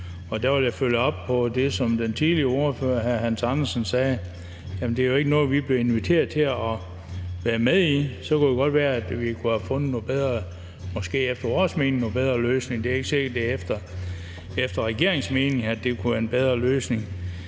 Og jeg vil følge op på det, som den tidligere ordfører, hr. Hans Andersen, sagde, nemlig at det ikke var noget, vi blev inviteret til at være med i – så kunne det godt være, at vi kunne have fundet en måske efter vores mening bedre løsning; det er ikke sikkert, det er efter regeringens mening, at det kunne have været en bedre løsning.